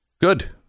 good